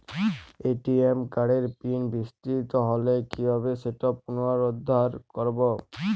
ATM কার্ডের pin বিস্মৃত হলে কীভাবে সেটা পুনরূদ্ধার করব?